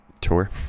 tour